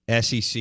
SEC